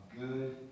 good